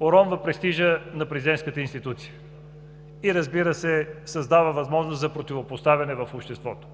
уронва престижа на президентската институция и, разбира се, създава възможност за противопоставяне в обществото.